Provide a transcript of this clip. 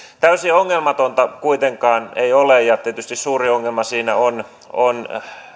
täysin ongelmatonta tämä kuitenkaan ei ole ja tietysti suuri ongelma siinä on on